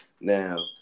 Now